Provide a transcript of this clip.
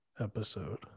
episode